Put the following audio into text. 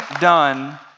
done